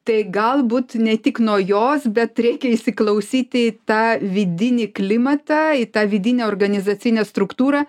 tai galbūt ne tik nuo jos bet reikia įsiklausyti į tą vidinį klimatą į tą vidinę organizacinę struktūrą